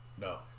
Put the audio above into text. No